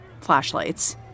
flashlights